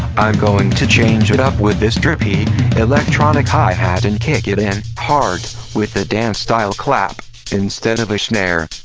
i'm going to change it up with this trippy electronic hi-hat and kick it in hard with a dance-style clap instead of a snare